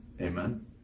Amen